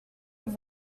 have